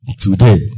Today